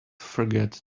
forget